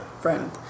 friend